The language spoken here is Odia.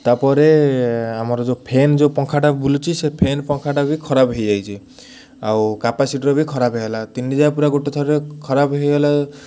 ତା'ପରେ ଆମର ଯେଉଁ ଫ୍ୟାନ୍ ଯେଉଁ ପଙ୍ଖାଟା ବୁଲୁଛି ସେ ଫ୍ୟାନ୍ ପଙ୍ଖାଟା ବି ଖରାପ ହେଇଯାଇଛି ଆଉ କାପାସିଟିର୍ବି ଖରାପ ହେଇଗଲା ତିନି ଯାହା ପୁରା ଗୋଟେ ଥରରେ ଖରାପ ହେଇଗଲା